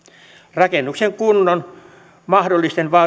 rakennuksen kunnon ja mahdollisten vaurioiden